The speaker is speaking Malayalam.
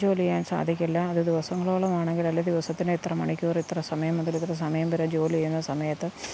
ജോലി ചെയ്യാൻ സാധിക്കില്ല അത് ദിവസത്തോളം ആണെങ്കിൽ അല്ലേൽ ദിവസത്തിൽ എത്ര മണിക്കൂർ എത്ര സമയം മുതൽ എത്ര സമയം വരെ ജോലി ചെയ്യുന്ന സമയത്ത്